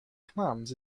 clams